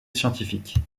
scientifique